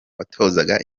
watozaga